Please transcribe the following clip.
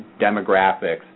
demographics